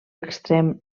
extrem